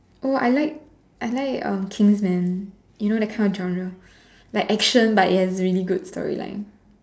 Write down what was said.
oh I like I like um Kingsman you know that kind of genre like action but it has really good story line